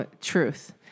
truth